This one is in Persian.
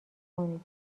کنید